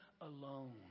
alone